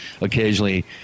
occasionally